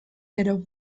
gero